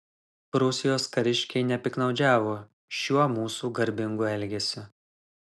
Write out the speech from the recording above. prūsijos kariškiai nepiktnaudžiavo šiuo mūsų garbingu elgesiu